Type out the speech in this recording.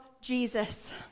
Jesus